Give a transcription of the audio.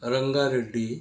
Ranga Reddy